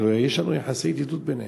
הלוא יש יחסי ידידות ביניהם.